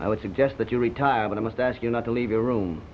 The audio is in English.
i would suggest that you retire but i must ask you not to leave your room